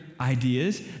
ideas